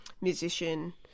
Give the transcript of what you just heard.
musician